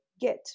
get